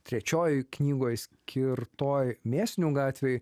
trečiojoj knygoj skirtoj mėsinių gatvei